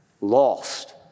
Lost